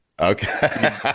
Okay